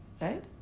right